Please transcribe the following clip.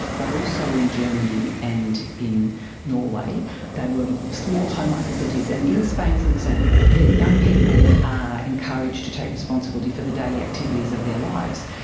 but also in germany and in norway they were small home-like facilities. and in spain for example young people are encouraged to take responsibility for the daily activities of their lives.